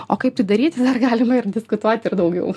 o kaip tai daryti dar galima ir diskutuoti ir daugiau